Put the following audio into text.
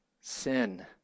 sin